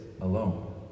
alone